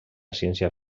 ciència